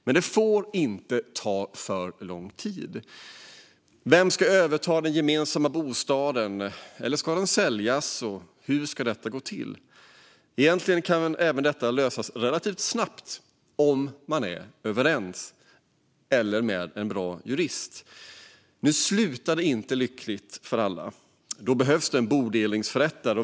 Men det får inte ta för lång tid. Vem ska överta den gemensamma bostaden, eller ska den säljas, och hur ska detta gå till? Egentligen kan även detta lösas relativt snabbt om man är överens eller med hjälp av en bra jurist. Nu slutar det inte lyckligt för alla. Då behövs det en bodelningsförrättare.